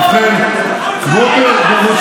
ובכן, כמו במרוץ